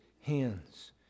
hands